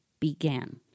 began